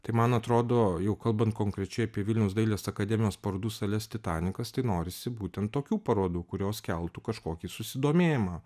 tai man atrodo jau kalbant konkrečiai apie vilniaus dailės akademijos parodų sales titanikas tai norisi būten tokių parodų kurios keltų kažkokį susidomėjimą